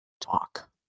talk